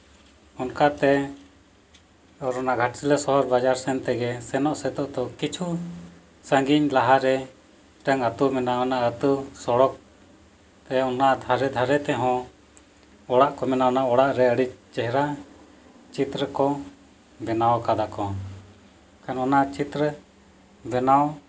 ᱚᱱᱠᱟᱛᱮ ᱟᱨ ᱚᱱᱟ ᱜᱷᱟᱴᱥᱤᱞᱟ ᱵᱟᱡᱟᱨ ᱥᱚᱦᱚᱨ ᱥᱮᱱ ᱛᱮᱜᱮ ᱥᱮᱱᱚᱜ ᱥᱮᱛᱚᱜ ᱫᱚ ᱠᱤᱪᱷᱩ ᱥᱟᱺᱜᱤᱧ ᱞᱟᱦᱟ ᱨᱮ ᱢᱤᱫᱴᱟᱱ ᱟᱹᱛᱩ ᱢᱮᱱᱟᱜᱼᱟ ᱚᱱᱟ ᱟᱹᱛᱩ ᱥᱚᱲᱚᱠᱛᱮ ᱚᱱᱟ ᱫᱷᱟᱨᱮ ᱫᱷᱟᱨᱮ ᱛᱮ ᱦᱚᱸ ᱚᱲᱟᱜ ᱠᱚ ᱢᱮᱱᱟᱜᱼᱟ ᱚᱱᱟ ᱚᱲᱟᱜ ᱨᱮ ᱟᱹᱰᱤ ᱪᱮᱦᱨᱟ ᱪᱤᱛᱨᱚ ᱠᱚ ᱵᱮᱱᱟᱣ ᱠᱟᱫᱟ ᱠᱚ ᱮᱱᱠᱷᱟᱱ ᱚᱱᱟ ᱪᱤᱛᱨᱚ ᱵᱮᱱᱟᱣ